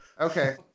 Okay